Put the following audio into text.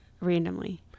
randomly